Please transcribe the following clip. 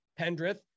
Pendrith